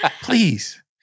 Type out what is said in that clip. Please